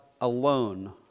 alone